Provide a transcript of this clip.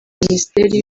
minisiteri